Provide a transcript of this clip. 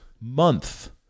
month